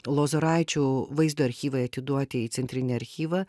lozoraičių vaizdo archyvai atiduoti į centrinį archyvą